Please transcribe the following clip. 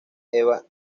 eva